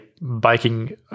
biking